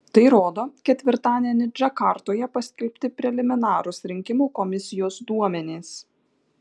tai rodo ketvirtadienį džakartoje paskelbti preliminarūs rinkimų komisijos duomenys